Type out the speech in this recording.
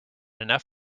enough